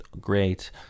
great